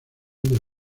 del